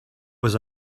was